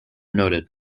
noted